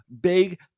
big